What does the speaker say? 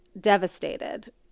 devastated